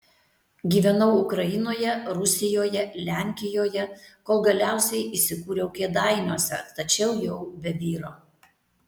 gyvenau ukrainoje rusijoje lenkijoje kol galiausiai įsikūriau kėdainiuose tačiau jau be vyro